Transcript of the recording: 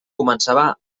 començava